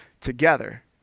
together